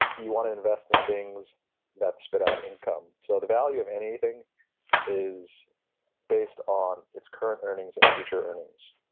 you want to invest in things that spit out income. so, the value of anything is based on its current earnings and future earnings,